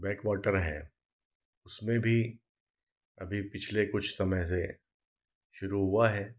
back water है उसमें भी अभी पिछले कुछ समय से शुरू हुआ है